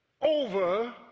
over